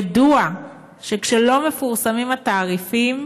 ידוע שכשלא מפורסמים התעריפים,